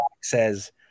says